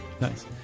Nice